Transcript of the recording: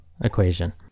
equation